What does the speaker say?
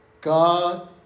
God